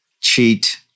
cheat